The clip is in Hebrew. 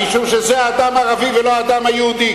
משום שזה אדם ערבי ולא אדם יהודי,